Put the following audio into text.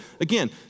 Again